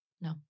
no